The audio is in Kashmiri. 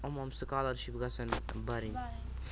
یِمہٕ یِمہٕ سُکالرشِپ گَژھن بَرٕنۍ